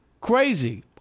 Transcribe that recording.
Crazy